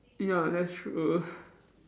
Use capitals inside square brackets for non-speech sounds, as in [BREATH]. ya that's true [BREATH]